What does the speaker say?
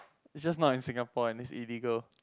it's just not in Singapore and it's illegal